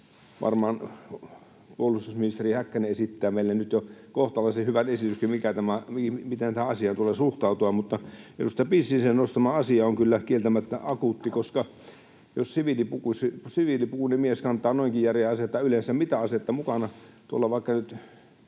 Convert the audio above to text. varmaan puolustusministeri Häkkänen esittää meille nyt jo kohtalaisen hyvän esityksen, miten tähän asiaan tulee suhtautua. Mutta edustaja Piisisen nostama asia on kyllä kieltämättä akuutti. Jos siviilipukuinen mies kantaa noinkin järeää asetta, yleensä mitä asetta tahansa mukana tuolla, vaikka nyt